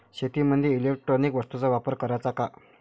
शेतीमंदी इलेक्ट्रॉनिक वस्तूचा वापर कराचा का?